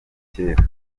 kera